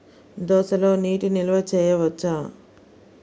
దోసలో నీటి నిల్వ చేయవచ్చా?